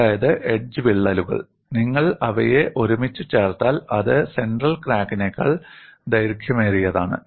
അതായത് എഡ്ജ് വിള്ളലുകൾ നിങ്ങൾ അവയെ ഒരുമിച്ച് ചേർത്താൽ അത് സെൻട്രൽ ക്രാക്കിനേക്കാൾ ദൈർഘ്യമേറിയതാണ്